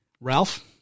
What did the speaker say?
Ralph